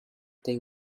they